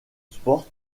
sport